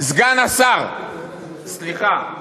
סגן השר, סליחה.